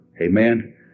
Amen